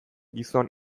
gizon